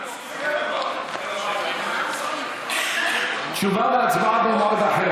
קודם כול רוצה לדבר על מה שקורה פה היום,